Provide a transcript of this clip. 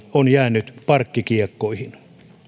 ovat jääneet parkkikiekkoihin